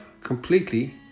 completely